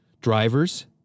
drivers